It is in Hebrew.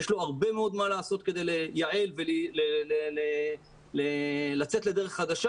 יש לו הרבה מה לעשות כדי לייעל ולצאת לדרך חדשה,